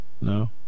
No